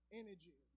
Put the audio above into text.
energy